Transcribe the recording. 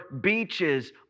beaches